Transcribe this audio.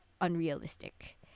unrealistic